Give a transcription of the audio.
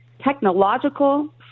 technological